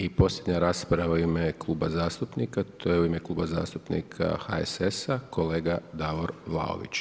I posljednja rasprava u ime Kluba zastupnika, to je u ime Kluba zastupnika HSS-a, kolega Davor Vlaović.